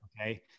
okay